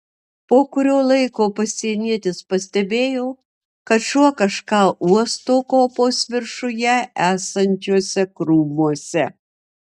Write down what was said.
po kurio laiko pasienietis pastebėjo kad šuo kažką uosto kopos viršuje esančiuose krūmuose